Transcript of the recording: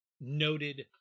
Noted